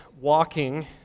walking